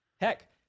heck